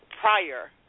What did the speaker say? prior